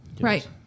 Right